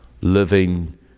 living